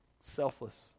selfless